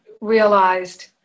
realized